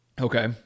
Okay